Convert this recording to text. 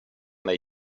nei